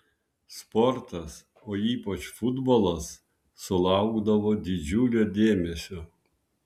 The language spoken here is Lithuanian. sportas o ypač futbolas sulaukdavo didžiulio dėmesio